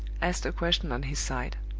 asked a question on his side.